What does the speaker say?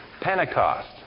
Pentecost